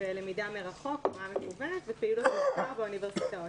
למידה מרחוק בצורה מקוונת ופעילות מחקר באוניברסיטאות.